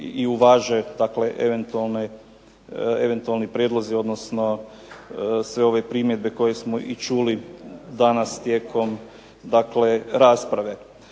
i uvaže eventualni prijedlozi odnosno sve ove primjedbe koje smo i čuli danas tijekom rasprave.